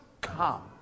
come